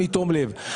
בתום-לב.